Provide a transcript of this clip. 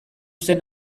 zen